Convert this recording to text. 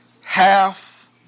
half